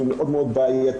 שהוא מאוד מאוד בעייתי,